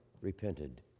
repented